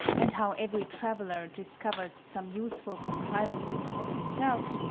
and how every traveller discovers some useful contrivances for himself,